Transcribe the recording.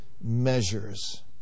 measures